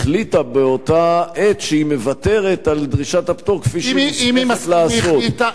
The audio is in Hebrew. החליטה באותה עת שהיא מוותרת על דרישת הפטור כפי שהיא נזקקת לעשות.